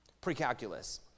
pre-calculus